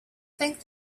think